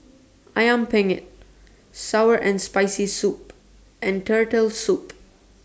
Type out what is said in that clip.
Ayam Penyet Sour and Spicy Soup and Turtle Soup